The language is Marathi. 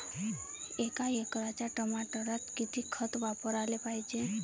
एका एकराच्या टमाटरात किती खत वापराले पायजे?